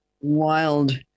wild